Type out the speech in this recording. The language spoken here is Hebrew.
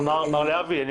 מר להבי,